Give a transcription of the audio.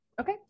okay